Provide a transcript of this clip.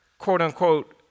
quote-unquote